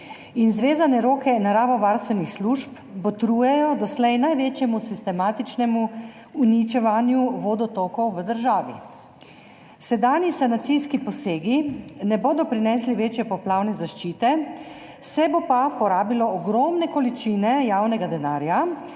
in zvezane roke naravovarstvenih služb botrujejo doslej največjemu sistematičnemu uničevanju vodotokov v državi. Sedanji sanacijski posegi ne bodo prinesli večje poplavne zaščite, se bo pa porabilo ogromne količine javnega denarja